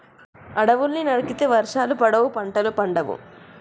అడవుల్ని నరికితే వర్షాలు పడవు, పంటలు పండవు